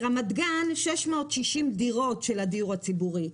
ברמת גן 660 דירות של הדיור הציבורי,